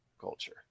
Culture